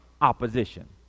opposition